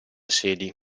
sedi